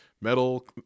metal